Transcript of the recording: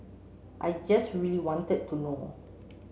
I just really wanted to know